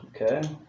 Okay